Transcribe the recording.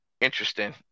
interesting